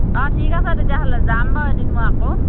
অঁ ঠিক আছে তেতিয়াহ'লে যাম বাৰু এদিন মই আকৌ